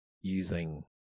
using